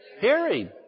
Hearing